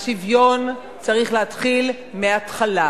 השוויון צריך להתחיל מההתחלה